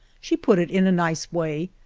she put it in a nice way,